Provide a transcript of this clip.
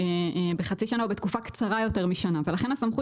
בחצי שנה או בתקופה קצרה יותר משנה ולכן הסמכות